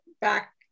back